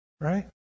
Right